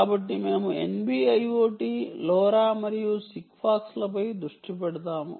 కాబట్టి మేము NB IoT LORA మరియు SigFox లపై దృష్టి పెడతాము